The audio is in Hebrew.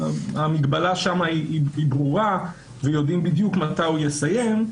שהמגבלה שם היא ברורה ויודעים בדיוק מתי הוא יסיים,